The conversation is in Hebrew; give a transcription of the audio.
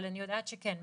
אבל אני יודעת שכן,